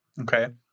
okay